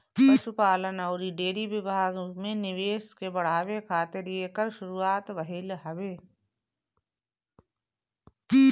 पशुपालन अउरी डेयरी विभाग में निवेश के बढ़ावे खातिर एकर शुरुआत भइल हवे